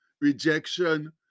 rejection